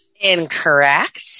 Incorrect